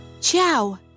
ciao